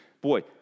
Boy